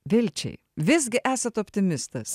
vilčiai visgi esat optimistas